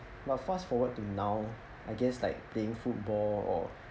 but fast forward to now I guess like playing football or